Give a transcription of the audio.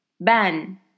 Ben